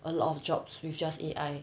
a lot of jobs with just A_I